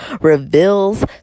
reveals